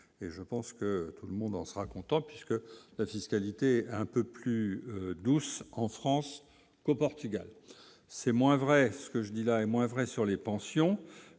et je pense que tout le monde en se racontant puisque la fiscalité, un peu plus douce en France, au Portugal, c'est moins vrai, ce que je dis là est moins vrai sur les pensions,